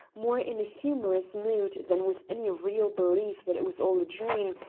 more in a humorous mood than with any real belief that it was all a dream,